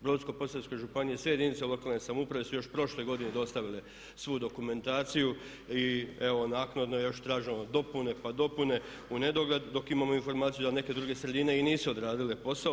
Brodsko-posavska županija, sve jedinice lokalne samouprave su još prošle godine dostavile svu dokumentaciju i evo naknadno još traže dopune, pa dopune u nedogled dok imamo informaciju da neke druge sredine i nisu odradile posao.